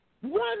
One